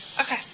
Okay